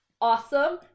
awesome